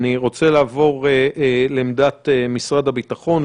אני רוצה לעבור לעמדת משרד הביטחון.